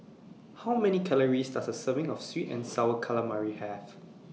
How Many Calories Does A Serving of Sweet and Sour Calamari Have